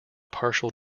partial